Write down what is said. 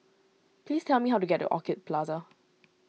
please tell me how to get to Orchid Plaza